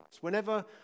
whenever